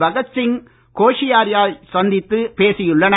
பகத்சிங் கோஷியாரியை சந்தித்துப் பேசியுள்ளனர்